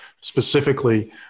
specifically